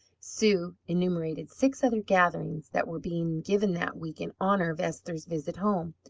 sue enumerated six other gatherings that were being given that week in honour of esther's visit home.